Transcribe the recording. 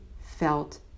felt